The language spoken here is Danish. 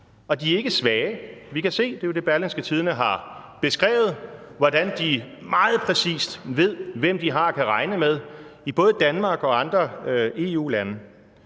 og de er ikke svage. Vi kan se – det er jo det, Berlingske Tidende har beskrevet – hvordan de meget præcist ved, hvem de har at kunne regne med, både i Danmark og i andre EU-lande.